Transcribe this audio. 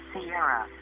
Sierra